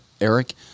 Eric